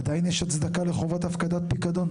עדיין יש הצדקה לחובת הפקדת פיקדון?